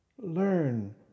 learn